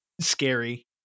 scary